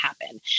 happen